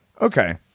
Okay